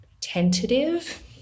tentative